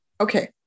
Okay